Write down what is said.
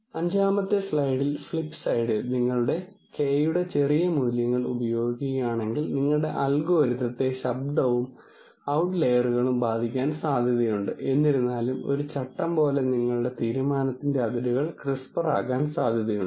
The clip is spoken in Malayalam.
അഞ്ചാമത്തെ സ്ലൈഡിൽ ഫ്ലിപ്സൈഡിൽ നിങ്ങൾ k യുടെ ചെറിയ മൂല്യങ്ങൾ ഉപയോഗിക്കുകയാണെങ്കിൽ നിങ്ങളുടെ അൽഗോരിതത്തെ ശബ്ദവും ഔട്ട്ലൈയറുകളും ബാധിക്കാൻ സാധ്യതയുണ്ട് എന്നിരുന്നാലും ഒരു ചട്ടം പോലെ നിങ്ങളുടെ തീരുമാനത്തിന്റെ അതിരുകൾ ക്രിസ്പർ ആകാൻ സാധ്യതയുണ്ട്